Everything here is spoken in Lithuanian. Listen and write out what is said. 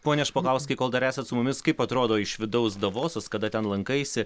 pone špokauskai kol dar esat su mumis kaip atrodo iš vidaus davosas kada ten lankaisi